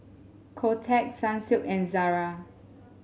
Kotex Sunsilk and Zara